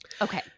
okay